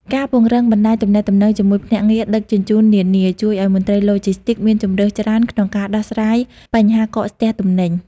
ការពង្រឹងបណ្តាញទំនាក់ទំនងជាមួយភ្នាក់ងារដឹកជញ្ជូននានា ជួយឱ្យមន្ត្រីឡូជីស្ទីកមានជម្រើសច្រើនក្នុងការដោះស្រាយបញ្ហាកកស្ទះទំនិញ។